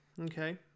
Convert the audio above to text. Okay